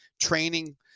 training